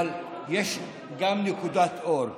אבל יש גם נקודת אור.